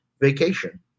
vacation